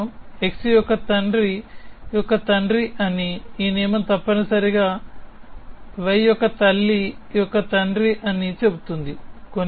ఈ నియమం x యొక్క తండ్రి యొక్క తండ్రి అని ఈ నియమం x తప్పనిసరిగా y యొక్క తల్లి యొక్క తండ్రి అని చెబుతుంది